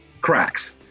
Cracks